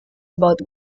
about